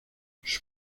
sus